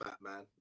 Batman